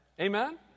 amen